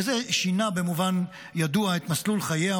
וזה שינה במובן ידוע את מסלול חייה,